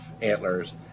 antlers